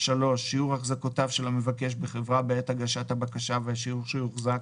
שיעור החזקותיו של המבקש בחברה בעת הגשת הבקשה והשיעור שיוחזק,